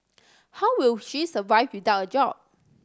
how will she survive without a job